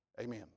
amen